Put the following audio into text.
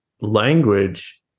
language